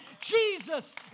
Jesus